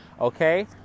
okay